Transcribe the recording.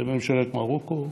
לממשלת מרוקו,